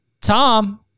Tom